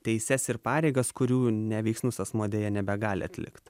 teises ir pareigas kurių neveiksnus asmuo deja nebegali atlikt